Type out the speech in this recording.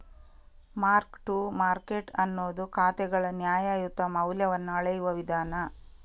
mark to market ಅನ್ನುದು ಖಾತೆಗಳ ನ್ಯಾಯಯುತ ಮೌಲ್ಯವನ್ನ ಅಳೆಯುವ ವಿಧಾನ